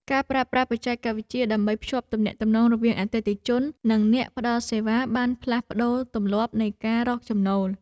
ការប្រើប្រាស់បច្ចេកវិទ្យាដើម្បីភ្ជាប់ទំនាក់ទំនងរវាងអតិថិជន និងអ្នកផ្តល់សេវាបានផ្លាស់ប្តូរទម្លាប់នៃការរកចំណូល។